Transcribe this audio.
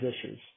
issues